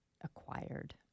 acquired